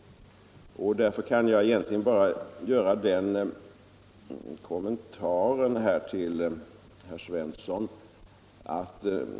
Därför kan jag egentligen bara göra följande kommentar till herr Svensson i Malmö.